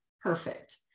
perfect